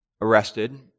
arrested